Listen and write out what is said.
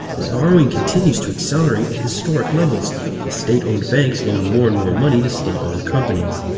but borrowing continues to accelerate at historic levels as state owned banks loan more and more money to state owned companies.